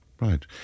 Right